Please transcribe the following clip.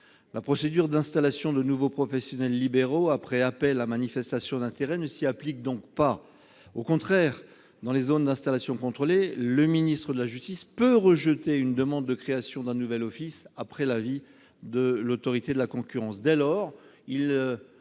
La procédure d'installation de nouveaux professionnels libéraux après appel à manifestation d'intérêt ne s'y applique donc pas. Au contraire, dans les zones d'installation contrôlée, le ministre de la justice peut rejeter une demande de création d'un nouvel office, après avis de l'Autorité de la concurrence.